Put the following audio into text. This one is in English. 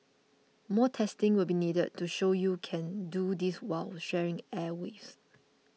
more testing will be needed to show you can do this while sharing airwaves